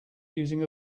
using